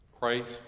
Christ